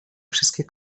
wszystkie